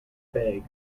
bags